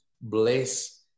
bless